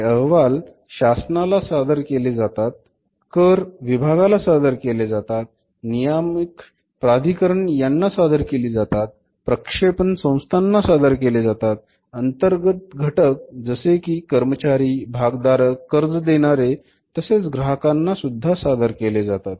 हे अहवाल शासनाला सादर केले जातात कर विभागाला सादर केले जातात नियामक प्राधिकरण यांना सादर केली जातात प्रक्षेपण संस्थाना सादर केले जातात अंतर्गत घटक जसेकी कर्मचारी भागधारक कर्ज देणारे तसेच ग्राहकांना सुद्धा सादर केले जातात